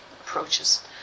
approaches